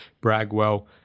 Bragwell